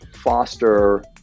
foster